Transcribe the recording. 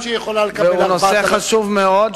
אני חושב שהיא יכולה לקבל 4,000. והוא נושא חשוב מאוד,